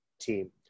team